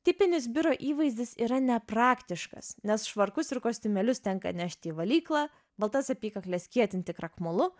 tipinis biuro įvaizdis yra nepraktiškas nes švarkus ir kostiumėlius tenka nešti į valyklą baltas apykakles kietinti krakmolu